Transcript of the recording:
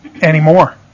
anymore